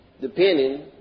depending